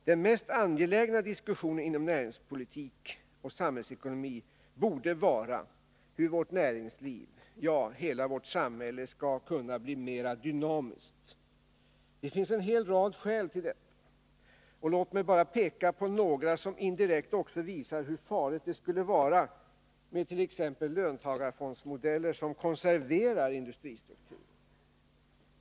Den mest angelägna diskussionen inom näringspolitik och samhällsekonomi borde vara hur vårt näringsliv, ja, hela vårt samhälle, skall kunna bli mera dynamiskt. Det finns en hel rad skäl till detta, och låt mig endast peka på några som indirekt också visar hur farligt det skulle vara med t.ex. löntagarfondsmodeller som konserverar industristrukturen.